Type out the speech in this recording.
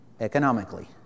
economically